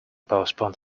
postponed